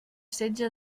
setge